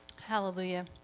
Hallelujah